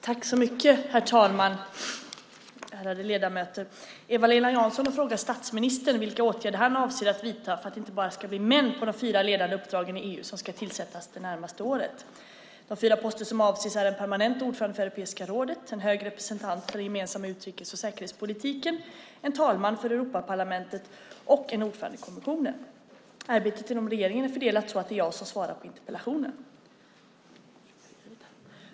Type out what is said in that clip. Herr talman! Ärade ledamöter! Eva-Lena Jansson har frågat statsministern vilka åtgärder han avser att vidta för att det inte bara ska bli män på de fyra ledande uppdragen i EU som ska tillsättas det närmaste året. De fyra poster som avses är en permanent ordförande för Europeiska rådet, en hög representant för den gemensamma utrikes och säkerhetspolitiken, en talman för Europaparlamentet och en ordförande för kommissionen. Arbetet inom regeringen är fördelat så att det är jag som ska svara på interpellationen.